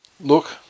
Look